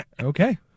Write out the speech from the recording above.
Okay